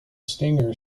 stinger